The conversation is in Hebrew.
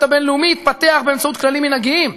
הבין-לאומי התפתח באמצעות כללים מנהגיים,